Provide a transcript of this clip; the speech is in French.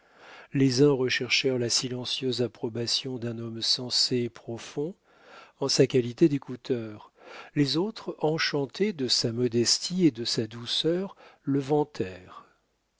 les uns recherchèrent la silencieuse approbation d'un homme censé profond en sa qualité d'écouteur les autres enchantés de sa modestie et de sa douceur le vantèrent